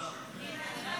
אני רצתי